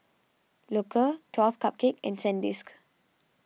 Loacker twelve Cupcakes and Sandisk